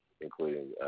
including –